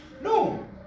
No